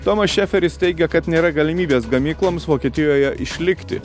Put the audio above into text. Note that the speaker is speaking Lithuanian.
tomas šeferis teigia kad nėra galimybės gamykloms vokietijoje išlikti